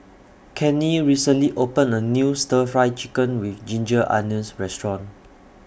Cannie recently opened A New Stir Fry Chicken with Ginger Onions Restaurant